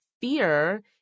fear